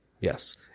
Yes